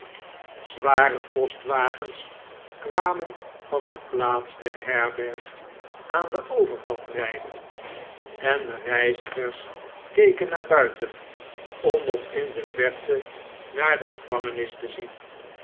zware postwagens kwamen van de plaats der herberg aan den overkant rijden en de reizigers iseken naar buiten om nog in de verte naar de gevangenis te zien